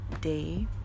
day